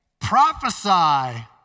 prophesy